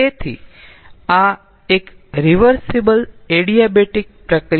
તેથી આ એક રીવર્સીબલ એડિયાબેટીક પ્રક્રિયા છે